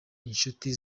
inshuti